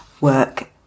work